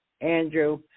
Andrew